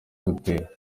gutera